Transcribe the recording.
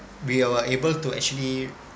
we were able to actually